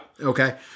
Okay